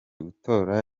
gutora